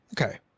okay